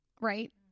right